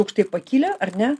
aukštai pakilę ar ne